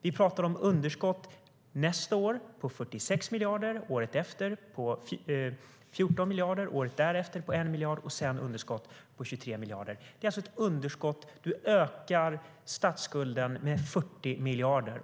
Vi pratar om underskott: Nästa år är det 46 miljarder, året efter 14 miljarder, året därefter 1 miljard och det sista året av mandatperioden är det 23 miljarder. Det är alltså ett underskott som ökar statsskulden med 40 miljarder.